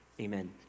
amen